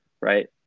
Right